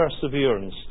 perseverance